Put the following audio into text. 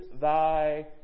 Thy